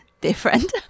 different